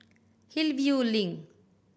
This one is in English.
Hillview Link